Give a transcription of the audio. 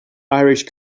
irish